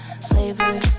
flavor